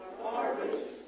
Harvest